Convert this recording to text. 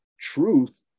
truth